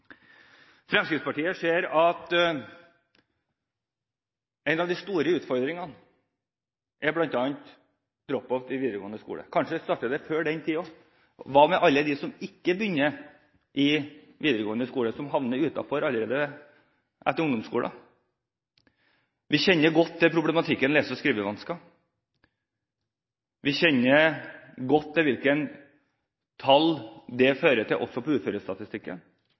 Fremskrittspartiet ser at en av de store utfordringene bl.a. er drop-out i videregående skole. Kanskje starter det før den tid også. Hva med alle dem som ikke begynner i videregående skole, som havner utenfor allerede etter ungdomsskolen? Vi kjenner godt til problematikken med lese- og skrivevansker. Vi kjenner godt til hvilke tall det fører til også på uførestatistikken.